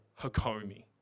Hakomi